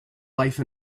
life